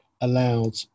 allowed